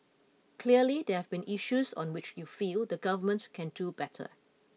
clearly there have been issues on which you feel the Government can do better